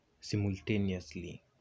simultaneously